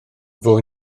fwy